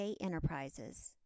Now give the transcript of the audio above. Enterprises